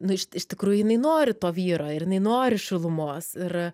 nu iš iš tikrųjų jinai nori to vyro ir jinai nori šilumos ir